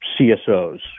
CSOs